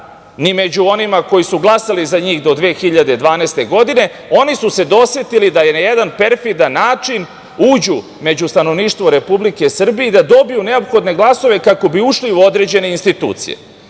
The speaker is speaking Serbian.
ni među onima koji su glasali za njih do 2012. godine, oni su se dosetili da na jedan perfidan način uđu među stanovništvo Republike Srbije i da dobiju neophodne glasove kako bi ušli u određene institucije.